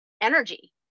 energy